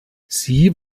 sie